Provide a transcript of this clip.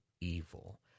evil